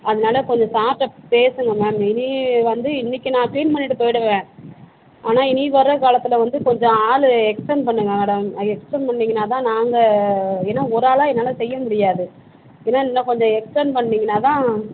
அதனால் கொஞ்ச சார்கிட்ட பேசுங்கள் மேம் இனி வந்து இன்னைக்கு நான் கிளீன் பண்ணிவிட்டு போய்விடுவேன் ஆனால் இனி வர்ற காலத்தில் வந்து கொஞ்ச ஆள் எக்ஸ்டெண்ட் பண்ணுங்கள் மேடம் எக்ஸ்டெண்ட் பண்ணீங்கன்னா தான் நாங்கள் ஏன்னா ஒரு ஆளாக என்னால் செய்ய முடியாது வேணா இன்னும் கொஞ்ச எக்ஸ்டண்ட் பண்ணீங்கன்னா தான்